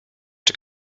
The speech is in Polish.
czy